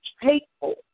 hateful